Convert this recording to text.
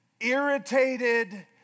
irritated